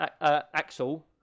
Axel